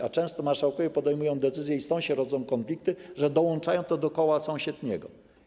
A często marszałkowie podejmują decyzje i stąd się rodzą konflikty, że dołączają to do koła sąsiedniego.